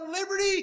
liberty